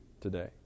today